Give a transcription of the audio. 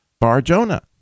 Bar-Jonah